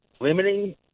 limiting